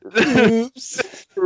Oops